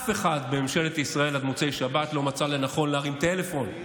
עד מוצאי שבת אף אחד בממשלת ישראל לא מצא לנכון להרים טלפון,